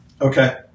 Okay